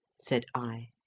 said i.